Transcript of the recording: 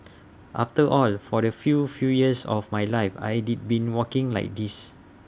after all for the few few years of my life I'd been walking like this